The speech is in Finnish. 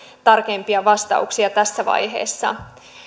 tarkempia vastauksia tässä vaiheessa